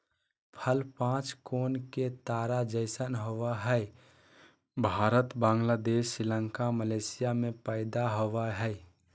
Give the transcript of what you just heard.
फल पांच कोण के तारा जैसन होवय हई भारत, बांग्लादेश, श्रीलंका, मलेशिया में पैदा होवई हई